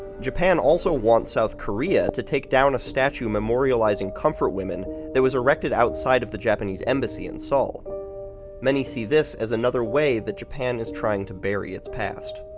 japan also wants south korea to take down a statue memorializing comfort women that was erected outside of the japanese embassy in seoul many see this as another way that japan is trying to bury its past.